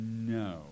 No